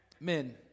Men